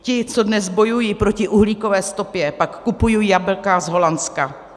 Ti, co dnes bojují proti uhlíkové stopě, pak kupují jablka z Holandska.